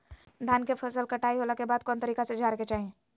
धान के फसल कटाई होला के बाद कौन तरीका से झारे के चाहि?